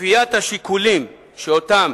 כפיית השיקולים שאותם